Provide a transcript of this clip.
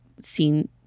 seen